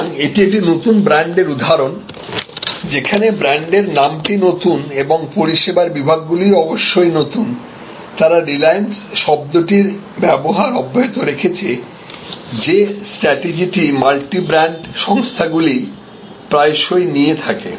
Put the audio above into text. সুতরাং এটি একটি নতুন ব্র্যান্ডের উদাহরণ যেখানে ব্র্যান্ডের নামটি নতুন এবং পরিষেবার বিভাগগুলি অবশ্যই নতুন তারা রিলায়েন্স শব্দটির ব্যবহার অব্যাহত রেখেছে যে স্ট্র্যাটেজি টি মাল্টি ব্র্যান্ড সংস্থাগুলি প্রায়শই নিয়ে থাকে